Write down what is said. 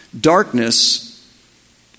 Darkness